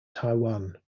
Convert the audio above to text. taiwan